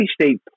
state